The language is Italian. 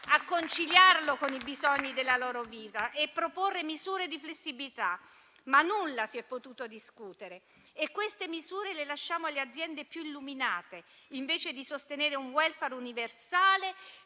a conciliarlo con i bisogni della loro vita, e per proporre misure di flessibilità. Ma nulla si è potuto discutere e queste misure le lasciamo alle aziende più illuminate, invece di sostenere un *welfare* universale,